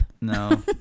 No